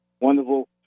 wonderful